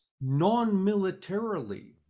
non-militarily